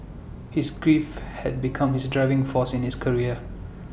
his grief had become his driving force in his career